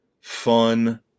fun